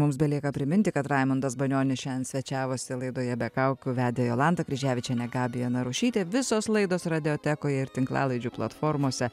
mums belieka priminti kad raimundas banionis šiandien svečiavosi laidoje be kaukių vedė jolanta kryževičienė gabija narušytė visos laidos radiotekoje ir tinklalaidžių platformose